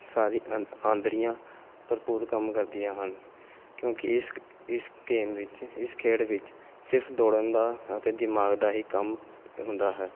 ਸਾਰੀ ਆਂ ਆਂਦਰੀਆਂ ਭਰਪੂਰ ਕੰਮ ਕਰਦੀਆਂ ਹਨ ਕਿਉਂਕਿ ਇਸ ਇਸ ਗੇਮ ਵਿੱਚ ਇਸ ਖੇਡ ਵਿੱਚ ਸਿਰਫ਼ ਦੌੜਨ ਦਾ ਅਤੇ ਦਿਮਾਗ ਦਾ ਹੀ ਕੰਮ ਹੁੰਦਾ ਹੈ